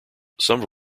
some